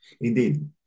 Indeed